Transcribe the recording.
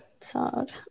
sad